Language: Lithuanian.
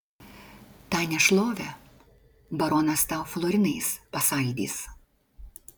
tą nešlovę baronas tau florinais pasaldys